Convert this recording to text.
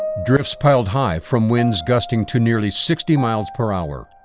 drifts piled high from winds gusting to nearly sixty miles per hour.